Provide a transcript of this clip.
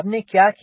हमने क्या किया